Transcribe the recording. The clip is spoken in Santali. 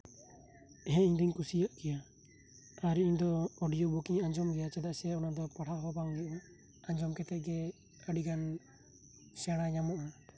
ᱦᱮᱸ ᱤᱧᱫᱩᱧ ᱠᱩᱥᱤᱭᱟᱜ ᱜᱮᱭᱟ ᱟᱨ ᱤᱧ ᱫᱚ ᱚᱰᱤᱭᱳ ᱵᱩᱠᱤᱧ ᱟᱸᱡᱚᱢ ᱜᱮᱭᱟ ᱪᱮᱫᱟᱜ ᱥᱮ ᱚᱱᱟ ᱫᱚ ᱯᱟᱲᱦᱟᱜ ᱦᱚᱸ ᱵᱟᱝ ᱦᱳᱭᱳᱜᱼᱟ ᱟᱸᱡᱚᱢ ᱠᱟᱛᱮ ᱜᱮ ᱟᱹᱰᱤ ᱜᱟᱱ ᱥᱮᱬᱟ ᱧᱟᱢᱚᱜᱼᱟ